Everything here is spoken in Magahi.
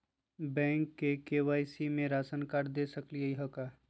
बैंक में के.वाई.सी में राशन कार्ड दे सकली हई का?